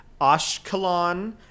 Ashkelon